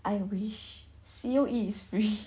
I wish C_O_E is free